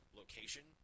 location